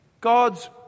God's